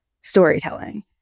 storytelling